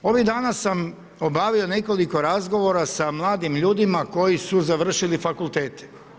Ovih dana sam obavio nekoliko razgovora sa mladim ljudima koji su završili fakultete.